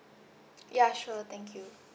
ya sure thank you